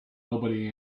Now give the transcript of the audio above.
nobody